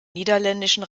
niederländischen